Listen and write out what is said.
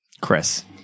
chris